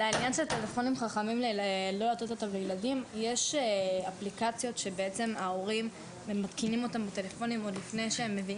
יש אפליקציות שההורים מתקינים בפלאפונים ותפקיד